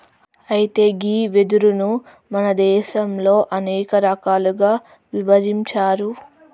అయితే గీ వెదురును మన దేసంలో అనేక రకాలుగా ఇభజించారు